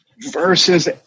versus